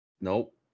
Nope